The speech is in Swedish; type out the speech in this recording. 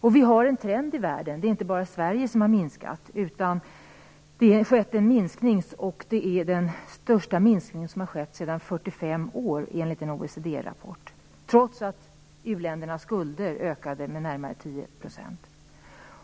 Det finns en trend i världen - det är inte bara Sverige som har minskat biståndet - mot en minskning av biståndet. Minskningen är den största som har skett sedan 45 år, enligt en OECD-rapport, trots att u-ländernas skulder ökade med närmare tio procent.